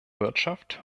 wirtschaft